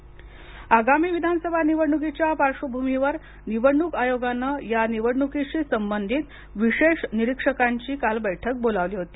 निवडणक निरीक्षक आगामी विधानसभा निवडणुकीच्या पार्श्वभूमीवर निवडणूक आयोगानं या निवडणुकीशी संबंधित विशेष निरीक्षकांची काल बैठक बोलावली होती